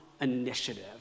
initiative